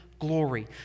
glory